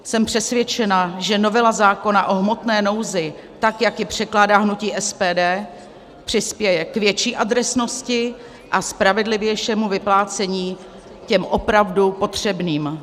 Jsem přesvědčena, že novela zákona o hmotné nouzi, tak jak je předkládá hnutí SPD, přispěje k větší adresnosti a spravedlivějšímu vyplácení těm opravdu potřebným.